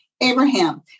Abraham